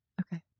Okay